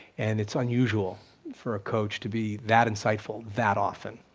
and it's unusual for a coach to be that insightful that often.